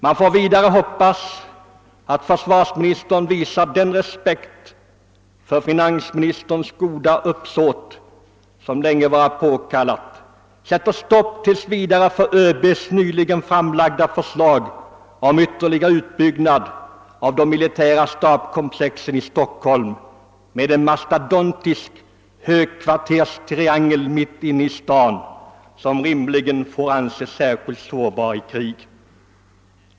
Man får vidare hoppas att försvarsministern visar den respekten för finansministerns goda uppsåt i detta sammanhang — en sådan utredning har sedan länge varit påkallad — att han tills vidare sätter stopp för ÖB:s nyligen framlagda förslag om ytterligare utbyggnad av de militära stabskomplexen i Stockholm med en mastodontisk s.k. högkvarterstriangel mitt inne i staden, som rimligen får anses särskilt sårbar i krig.